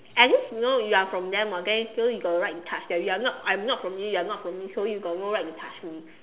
at least you know you are from them [what] then still you got the right to touch them you are not I'm not from you you are not from me so you got no right to touch me